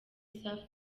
safi